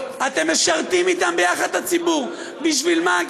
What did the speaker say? בשביל מה,